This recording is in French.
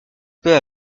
peu